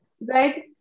right